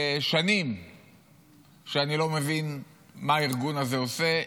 שנים אני לא מבין מה הארגון הזה עושה,